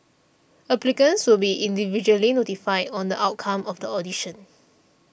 applicants will be individually notified on the outcome of the audition